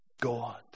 God